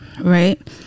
right